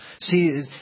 See